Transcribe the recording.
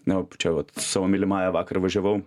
na o čia vat savo mylimąja vakar važiavau